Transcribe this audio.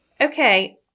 Okay